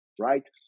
right